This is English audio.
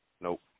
Nope